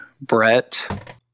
Brett